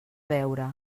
veure